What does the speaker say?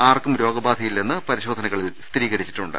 ആർക്കും രോഗ്നബാധ ഇല്ലെന്ന് പരിശോധനകളിൽ സ്ഥിരീകരിച്ചിട്ടുണ്ട്